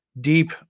deep